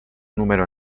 número